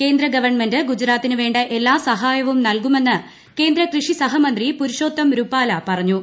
കേന്ദ്ര ഗവൺമെന്റ് ഗുജറാത്തിന് വേണ്ട എല്ലാ സഹായവും നൽകുമെന്ന് കേന്ദ്ര കൃഷി സഹമന്ത്രി പുരുഷോത്തം റുപാല പറഞ്ഞു